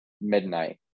midnight